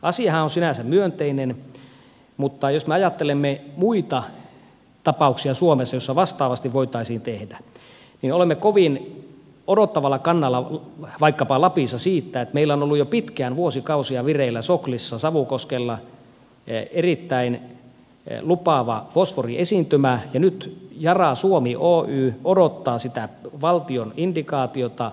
asiahan on sinänsä myönteinen mutta jos me ajattelemme muita tapauksia suomessa jossa voitaisiin tehdä vastaavasti niin olemme kovin odottavalla kannalla vaikkapa lapissa siinä että meillä on ollut jo pitkään vuosikausia vireillä soklissa savukoskella erittäin lupaava fosforiesiintymä ja nyt yara suomi oy odottaa sitä valtion indikaatiota